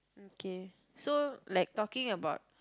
okay so like talking about